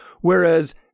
Whereas